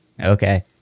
okay